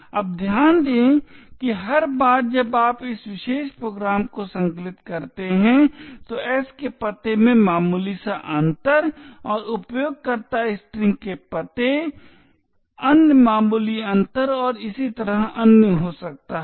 अब ध्यान दें कि हर बार जब आप इस विशेष प्रोग्राम को संकलित करते हैं तो s के पते में मामूली सा अंतर और उपयोगकर्ता स्ट्रिंग के पते अन्य मामूली अंतर और इसी तरह अन्य हो सकता है